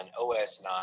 OS9